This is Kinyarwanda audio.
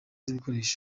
ibikoresho